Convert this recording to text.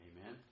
Amen